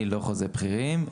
אני לא חוזה בכירים.